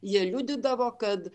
jie liudydavo kad